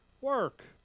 work